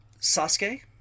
Sasuke